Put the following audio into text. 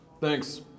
Thanks